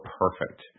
perfect